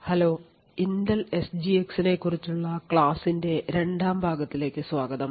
hello Intel എസ്ജിഎക്സിനെക്കുറിച്ചുള്ള ക്ലാസ്സിന്റെ രണ്ടാം ഭാഗത്തിലേക്ക് സ്വാഗതം